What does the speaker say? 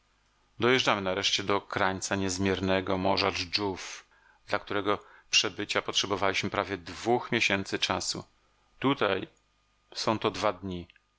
dojeżdżamy nareszcie do krańca niezmiernego morza dżdżów dla którego przebycia potrzebowaliśmy prawie dwóch miesięcy czasu tutaj są to dwa dni